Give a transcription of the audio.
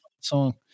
song